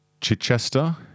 Chichester